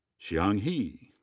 xiang he.